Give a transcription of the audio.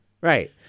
Right